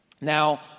Now